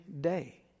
day